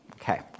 Okay